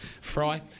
Fry